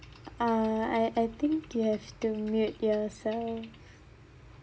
uh I I think you have to mute yourself